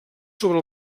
sobre